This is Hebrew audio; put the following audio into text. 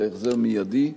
ולהחזר מיידי.